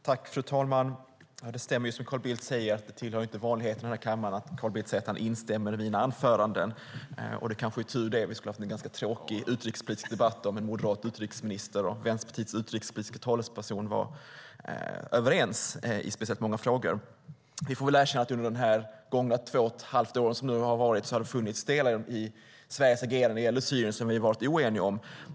Fru talman! Det stämmer som Carl Bildt säger att det inte tillhör vanligheterna i kammaren att Carl Bildt instämmer i mina inlägg. Det kanske är tur, för vi skulle nog ha ganska tråkiga utrikespolitiska debatter om en moderat utrikesminister och Vänsterpartiets utrikespolitiske talesperson var överens i många frågor. Vi får väl erkänna att det under de gångna två och ett halvt åren har funnits delar i Sveriges agerande när det gäller Syrien som vi varit oeniga om.